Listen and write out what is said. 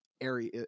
area